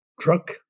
truck